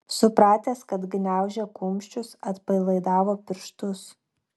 supratęs kad gniaužia kumščius atpalaidavo pirštus